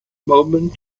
moment